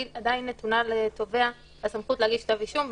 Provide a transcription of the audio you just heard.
עדיין נתונה לתובע הסמכות להגיש כתב אישום,